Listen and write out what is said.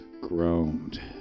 groaned